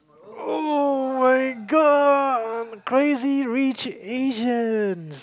oh-my-god Crazy Rich Asian